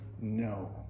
No